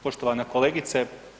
Poštovana kolegice.